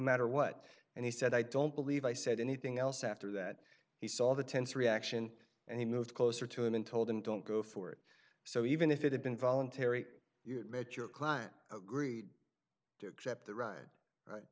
matter what and he said i don't believe i said anything else after that he saw the tense reaction and he moved closer to him and told him don't go for it so even if it had been voluntary you met your client agree to accept the